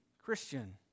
Christian